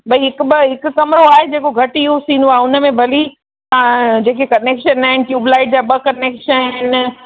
भई हिकु ॿ हिक कमिरो आहे जेको घटि यूस थींदो आहे हुन में तव्हां भली तव्हां जेके कनेक्शन आहिनि ट्यूब्लाइट जा ॿ कनेक्शन आहिनि